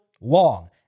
long